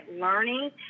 learning